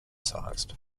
sized